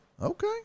Okay